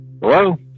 Hello